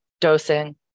dosing